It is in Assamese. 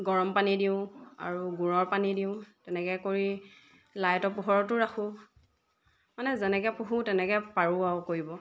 গৰম পানী দিওঁ আৰু গুড়ৰ পানী দিওঁ তেনেকৈ কৰি লাইটৰ পোহৰতো ৰাখোঁ মানে যেনেকৈ পোহোঁ তেনেকৈ পাৰোঁ আৰু কৰিব